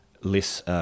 less